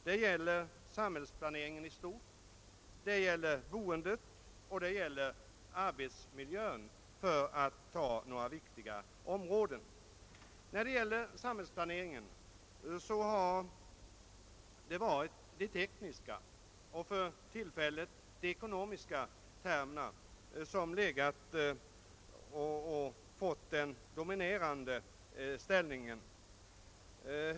Det gäller samhällsplaneringen i stort, det gäller boendet och det gäller arbetsmiljön, för att ta några viktiga miljöområden. Vad beträffar samhällsplaneringen har de tekniska och för tillfället de ekonomiska aspekterna intagit den dominerande ställningen.